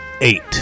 eight